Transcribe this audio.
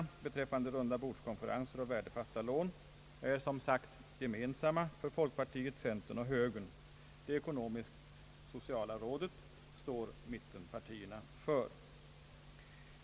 bordskonferenser och värdefasta lån är gemensamma för folkpartiet, centern och högern, medan mittenpartierna stöder tanken på det ekonomisk-sociala rådet.